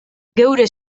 geure